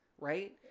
right